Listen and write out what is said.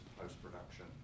post-production